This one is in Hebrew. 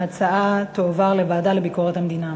ההצעה תועבר לוועדה לביקורת המדינה.